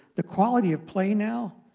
the quality of play now,